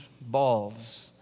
balls